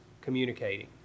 communicating